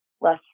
less